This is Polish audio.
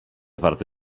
warto